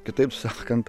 kitaip sakant